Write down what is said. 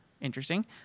interesting